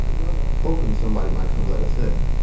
like ah and hoping somebody might come let us in,